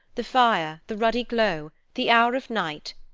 the fire, the ruddy glow, the hour of night,